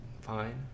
fine